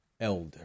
elder